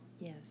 Yes